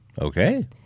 Okay